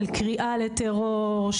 של קריאה לטרור,